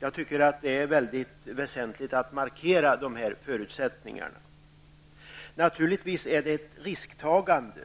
Jag tycker att det är mycket väsentligt att markera dessa förutsättningar. Naturligtvis är det ett risktagande.